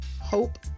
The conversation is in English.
hope